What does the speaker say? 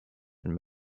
and